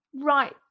right